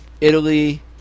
Italy